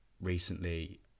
recently